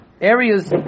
Areas